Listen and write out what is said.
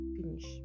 Finish